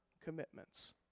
commitments